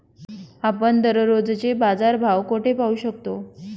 आपण दररोजचे बाजारभाव कोठे पाहू शकतो?